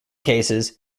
cases